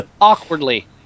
Awkwardly